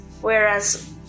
whereas